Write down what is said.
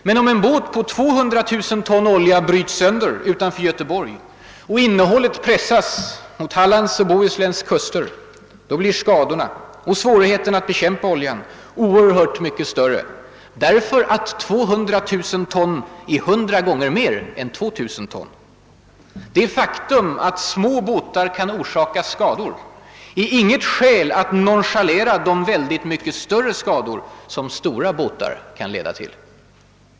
Men om en båt på 200 000 ton olja bryts sönder utanför Göteborg och innehållet pressas mot Hallands och Bohusläns kuster blir skadorna och svårigheterna att bekämpa oljan oerhört mycket större, därför att 200 000 ton är 100 gånger mer än 2 000 ton. Det faktum att små båtar kan orsaka skador är inget skäl att nonchalera de väldligt mycket större skador som stora båtar kan leda till.